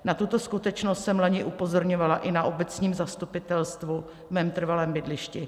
Na tuto skutečnost jsem loni upozorňovala i na obecním zastupitelstvu ve svém trvalém bydlišti.